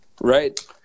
right